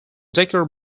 decker